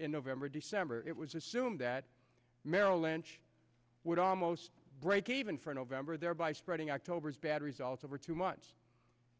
in november december it was assumed that merrill lynch would almost breakeven for november thereby spreading october's bad results over two months